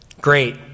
Great